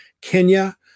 Kenya